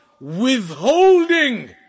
withholding